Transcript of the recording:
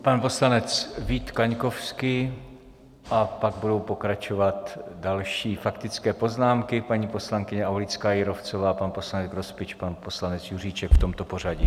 Pan poslanec Vít Kaňkovský a pak budou pokračovat další faktické poznámky paní poslankyně Aulická Jírovcová, pan poslanec Grospič, pan poslanec Juříček, v tomto pořadí.